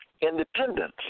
independence